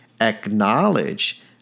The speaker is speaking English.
acknowledge